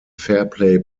fairplay